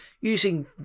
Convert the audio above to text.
using